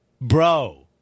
Bro